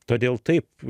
todėl taip